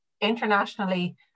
internationally